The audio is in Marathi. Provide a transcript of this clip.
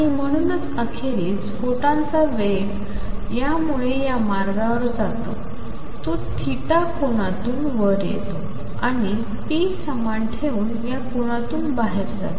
आणि म्हणूनच अखेरीस फोटॉनचा वेग यामुळे या मार्गावर जातो तो थिटा कोनातून वर येतो आणि p समान ठेवून या कोनातून बाहेर जातो